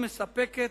מספקת,